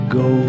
go